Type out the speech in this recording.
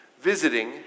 Visiting